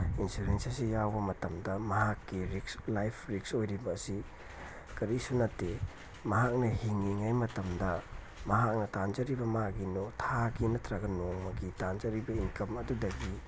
insurance ꯑꯁꯤ ꯌꯥꯎꯕ ꯃꯇꯝꯗ ꯃꯍꯥꯛꯀꯤ ꯔꯤꯛꯁ ꯂꯥꯏꯐ ꯔꯤꯛꯁ ꯑꯣꯏꯔꯤꯕ ꯑꯁꯤ ꯀꯔꯤꯁꯨ ꯅꯠꯇꯦ ꯃꯍꯥꯛꯅ ꯍꯤꯡꯉꯤꯉꯩ ꯃꯇꯝꯗ ꯃꯍꯥꯛꯅ ꯇꯥꯟꯖꯔꯤꯕ ꯃꯥꯒꯤ ꯊꯥꯒꯤ ꯅꯠꯇ꯭ꯔꯒ ꯅꯣꯡꯃꯒꯤ ꯇꯥꯟꯖꯔꯤꯕ ꯏꯟꯀꯝ ꯑꯗꯨꯗꯒꯤ